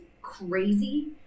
crazy